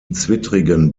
zwittrigen